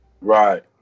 Right